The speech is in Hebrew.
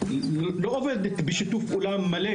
לא עובדת בשיתוף פעולה מלא,